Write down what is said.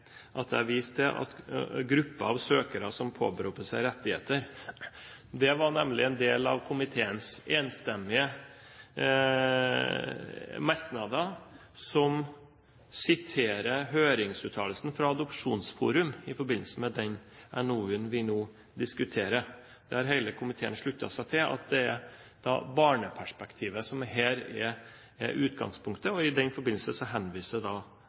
at jeg viste til «grupper av søkere som påberoper seg «rettigheter»». Det var nemlig en del av komiteens enstemmige merknader, som siterer høringsuttalelsen fra Adopsjonsforum i forbindelse med den NOU-en vi nå diskuterer, der hele komiteen sluttet seg til at det er barneperspektivet som her er utgangspunktet. I den forbindelse henviser